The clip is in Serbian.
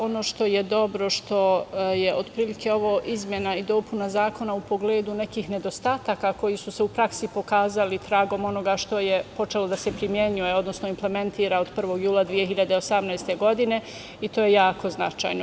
Ono što je dobro je što je ovo otprilike izmena i dopuna zakona u pogledu nekih nedostataka koji su se u praksi pokazali, a tragom onoga što je počelo da se primenjuje, odnosno implementira od 1. jula 2018. godine, i to je jako značajno.